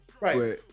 right